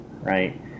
right